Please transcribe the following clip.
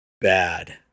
bad